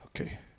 Okay